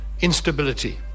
instability